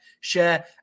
share